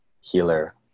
healer